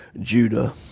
judah